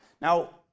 Now